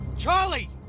Charlie